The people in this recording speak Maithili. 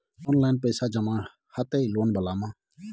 ऑनलाइन पैसा जमा हते लोन वाला में?